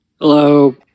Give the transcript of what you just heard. Hello